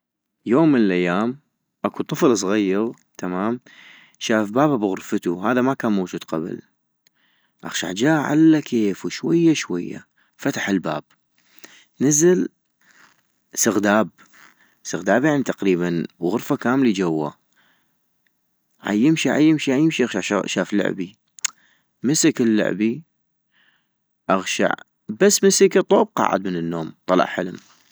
يوم من الايام اكو طفل زغيغ، تمام ، شاف باب بغرفتو ، هذا ما كان موجود قبل ، اغشع جا على كيفو شوية شوية ، فتح الباب ، نزل سغداب! سغداب يعني تقريباً غرفة كاملي جوا ، عيمشي عيمشي عيمشي اغشع شاف لعبي ، مسك اللعبي اغشع بس مسكا طوب قعد من النوم ، طلع حلم!